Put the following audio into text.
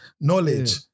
knowledge